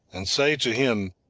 and say to him,